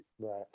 Right